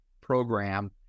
program